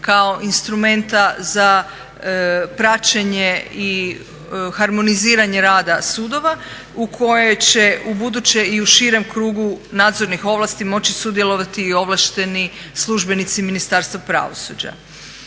kao instrumenta za praćenje i harmoniziranje rada sudova u koje će ubuduće i u širem krugu nadzornih ovlasti moći sudjelovati i ovlašteni službenici Ministarstva pravosuđa.